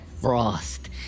Frost